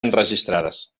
enregistrades